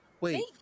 Wait